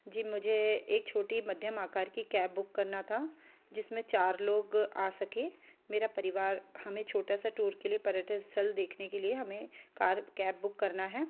जी मुझे एक छोटी मध्यम आकार की कैब बुक करना था जिसमें चार लोग आ सकें मेरा परिवार हमें छोटा सा टूर के लिए पर्यटन स्थल देखने के लिए हमें कार कैब बुक करना है